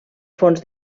fons